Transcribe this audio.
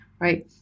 right